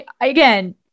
Again